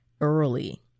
early